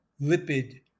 lipid